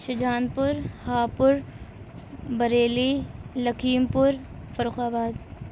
شاہجہاں پور ہاپوڑ بریلی لکھیم پور فرخ آباد